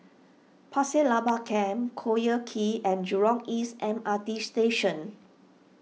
Pasir Laba Camp Collyer Quay and Jurong East M R T Station